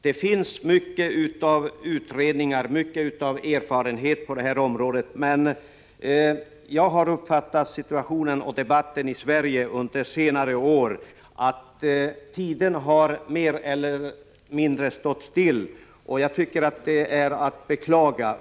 Det finns mycket av utredningar och erfarenhet på detta område, men jag har uppfattat situationen och debatten i Sverige under senare år som om tiden mer eller mindre stått still. Det är att beklaga.